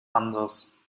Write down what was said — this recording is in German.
anders